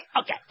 okay